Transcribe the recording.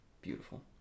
Beautiful